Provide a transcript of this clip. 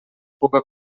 puga